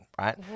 right